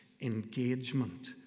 engagement